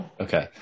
okay